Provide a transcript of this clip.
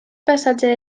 passatge